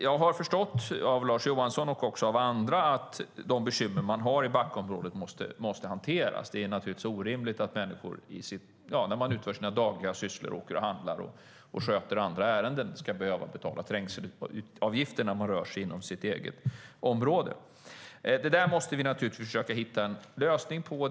Jag har förstått av Lars Johansson och av andra att de bekymmer som finns i Backaområdet måste hanteras. Det är naturligtvis orimligt att människor när de utför sina dagliga sysslor, handlar och sköter andra ärenden, ska behöva betala trängselavgifter när de rör sig inom sitt eget område. Det måste vi naturligtvis hitta en lösning för.